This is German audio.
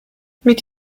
mit